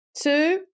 Two